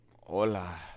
Hola